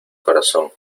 corazón